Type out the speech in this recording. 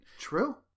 true